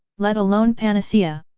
let alone panacea.